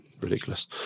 ridiculous